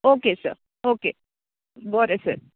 okay sir okay बरे sir